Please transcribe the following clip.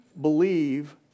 believe